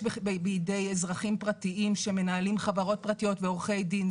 בידי אזרחים פרטיים שמנהלים חברות פרטיות ועורכי דין,